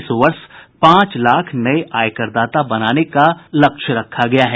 इस वर्ष पांच लाख नये आयकर दाता बनाने का लक्ष्य रखा गया है